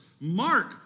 Mark